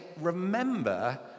remember